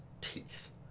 teeth